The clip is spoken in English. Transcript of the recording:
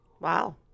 Wow